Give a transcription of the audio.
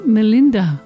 Melinda